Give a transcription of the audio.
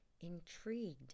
intrigued